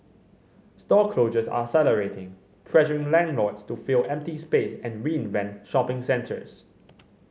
store closures are accelerating pressuring landlords to fill empty space and reinvent shopping centres